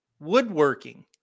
woodworking